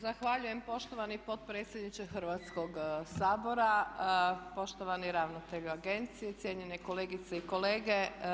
Zahvaljujem poštovani potpredsjedniče Hrvatskog sabora, poštovani ravnatelju agencije, cijenjene kolegice i kolege.